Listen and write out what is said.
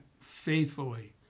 faithfully